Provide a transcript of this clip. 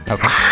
Okay